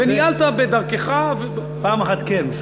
וניהלת בדרכך, בעצם פעם אחת כן, אני מודה.